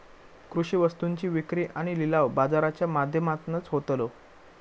कृषि वस्तुंची विक्री आणि लिलाव बाजाराच्या माध्यमातनाच होतलो